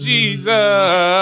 Jesus